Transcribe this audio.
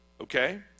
okay